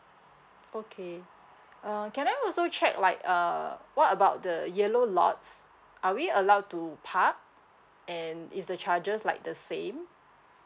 okay uh can I also check like uh what about the yellow lots are we allowed to park and is the charges like the same